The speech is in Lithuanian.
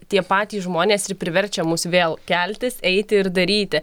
tie patys žmonės ir priverčia mus vėl keltis eiti ir daryti